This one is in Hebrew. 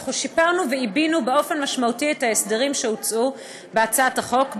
אנחנו שיפרנו ועיבינו באופן משמעותי את ההסדרים שהוצעו בהצעת החוק,